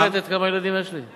לא ביקשתי שתפרט כמה ילדים יש לי.